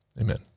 amen